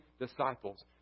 disciples